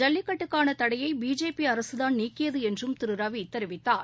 ஜல்லிக்கட்டுக்கான தடையை பிஜேபி அரசுதான் நீக்கியது என்றும் திரு ரவி தெரிவித்தார்